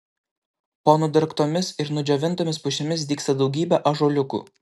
po nudergtomis ir nudžiovintomis pušimis dygsta daugybė ąžuoliukų